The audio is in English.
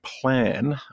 plan